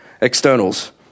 externals